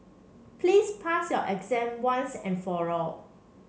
please pass your exam once and for all